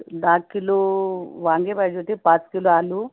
दहा किलो वांगे पाहिजे होते पाच किलो आलू